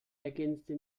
ergänzte